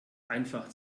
einfach